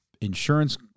insurance